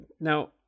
now